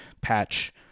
patch